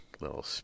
little